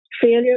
Failure